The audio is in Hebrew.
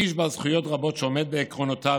איש בעל זכויות רבות שעומד בעקרונותיו